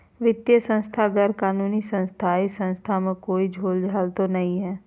वित्तीय संस्था गैर कानूनी संस्था है इस संस्था में कोई झोलझाल तो नहीं है?